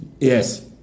Yes